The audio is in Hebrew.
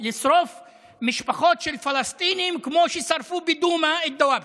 לשרוף משפחות של פלסטינים כמו ששרפו בדומא את דוואבשה.